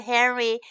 Henry